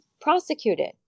Prosecuted